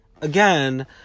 again